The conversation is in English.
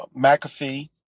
McAfee